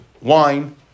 wine